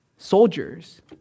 Soldiers